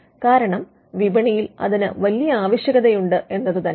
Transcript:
കാരണം വിപണിയിൽ അതിന് വലിയ ആവശ്യകതയുണ്ട് എന്നത് തന്നെ